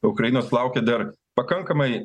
ukrainos laukia dar pakankamai